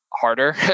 harder